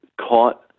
caught